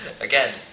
Again